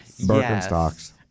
Birkenstocks